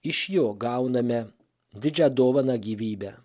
iš jo gauname didžią dovaną gyvybę